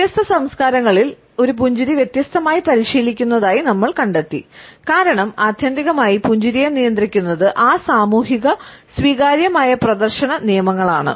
വ്യത്യസ്ത സംസ്കാരങ്ങളിൽ ഒരു പുഞ്ചിരി വ്യത്യസ്തമായി പരിശീലിക്കുന്നതായി നമ്മൾ കണ്ടെത്തി കാരണം ആത്യന്തികമായി പുഞ്ചിരിയെ നിയന്ത്രിക്കുന്നത് ആ സാമൂഹിക സ്വീകാര്യമായ പ്രദർശന നിയമങ്ങളാണ്